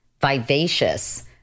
vivacious